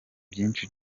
byinshi